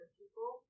people